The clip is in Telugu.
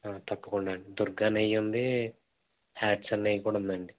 తప్పకుండా అండి దుర్గా నెయ్యి ఉంది హ్యాట్సన్ నెయ్యి కూడా ఉందండి